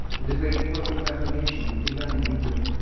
and the great work of reformation was begun in england.